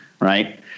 right